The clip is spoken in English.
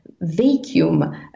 vacuum